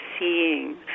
seeing